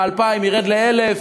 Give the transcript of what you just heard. ה-2,000 ירד ל-1,000.